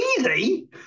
Easy